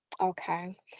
Okay